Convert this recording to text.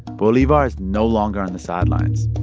bolivar is no longer on the sidelines.